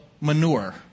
manure